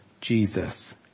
Jesus